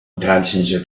intention